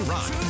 Rock